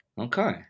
Okay